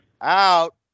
Out